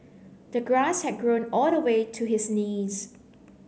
the grass had grown all the way to his knees